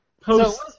post